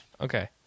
Okay